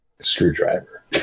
screwdriver